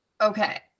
okay